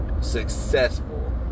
successful